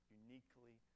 uniquely